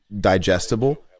digestible